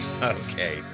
Okay